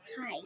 Hi